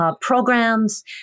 programs